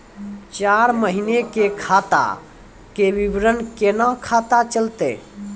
चार महिना के खाता के विवरण केना पता चलतै?